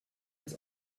ins